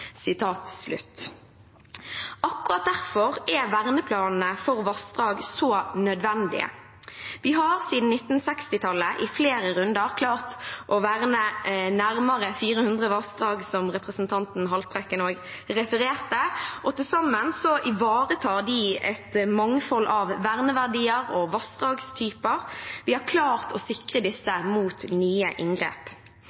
Akkurat derfor er verneplanene for vassdrag så nødvendige. Vi har siden 1960-tallet i flere runder klart å verne nærmere 400 vassdrag – som representanten Haltbrekken også refererte til – og til sammen ivaretar de et mangfold av verneverdier og vassdragstyper. Vi har klart å sikre